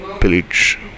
pillage